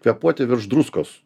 kvėpuoti virš druskos